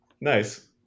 Nice